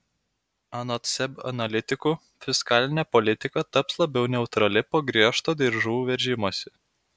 anot seb analitikų fiskalinė politika taps labiau neutrali po griežto diržų veržimosi